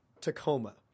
Tacoma